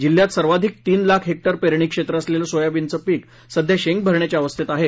जिल्ह्यात सर्वाधिक तीन लाख हेक्टर पेरणी क्षेत्र असलेले सोयाबीनचं पीक सध्या शेंगा भरण्याच्या अवस्थेत आहे